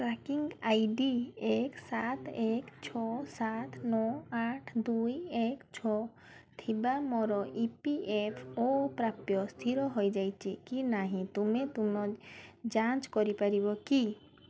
tracking ID ଏକ ସାତ ଏକ ଛଅ ସାତ ନଅ ଆଠ ଦୁଇ ଏକ ଛଅ ଥିବା ମୋର ଇ ପି ଏଫ୍ ଓ ପ୍ରାପ୍ୟ ସ୍ଥିର ହୋଇଯାଇଛି କି ନାହିଁ ତୁମେ ତୁମ ଯାଞ୍ଚ କରିପାରିବ କି